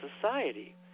Society